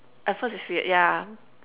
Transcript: at first it's weird yeah